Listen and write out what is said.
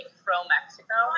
pro-Mexico